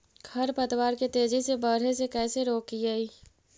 खर पतवार के तेजी से बढ़े से कैसे रोकिअइ?